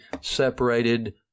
separated